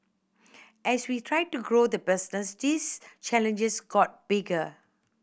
as we tried to grow the business these challenges got bigger